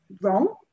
wrong